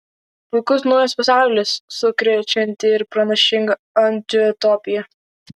puikus naujas pasaulis sukrečianti ir pranašinga antiutopija